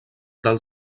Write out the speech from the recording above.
del